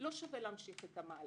לא שווה להמשיך את המהלך,